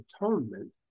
atonement